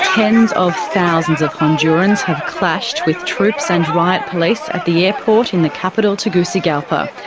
tens of thousands of hondurans have clashed with troops and riot police at the airport in the capital tegucigalpa.